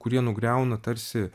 kurie nugriauna tarsi